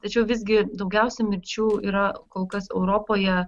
tačiau visgi daugiausiai mirčių yra kol kas europoje